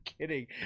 kidding